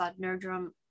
Nerdrum